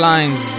Lines